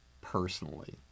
personally